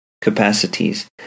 capacities